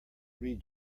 read